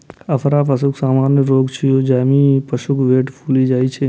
अफरा पशुक सामान्य रोग छियै, जाहि मे पशुक पेट फूलि जाइ छै